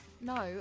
No